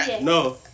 no